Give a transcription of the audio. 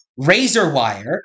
RazorWire